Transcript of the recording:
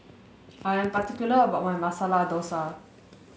I am particular about my Masala Dosa